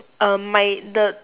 err my the